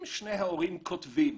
אם שני ההורים כותבים